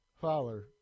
Fowler